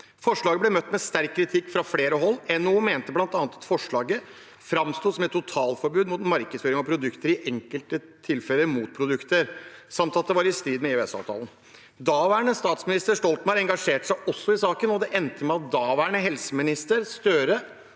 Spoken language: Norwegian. Forslaget ble møtt med sterk kritikk fra flere hold. NHO mente bl.a. at forslaget framsto som et totalforbud mot markedsføring av produkter og i enkelte tilfeller mot produkter, samt at det var i strid med EØS-avtalen. Daværende statsminister Stoltenberg engasjerte seg også i saken, og det endte med at daværende helseminister Støre